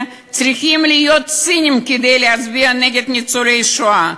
צריכים להיות ציניים כדי להצביע נגד ניצולי שואה.